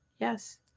Yes